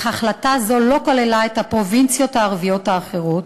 אך החלטה זו לא כללה את הפרובינציות הערביות האחרות.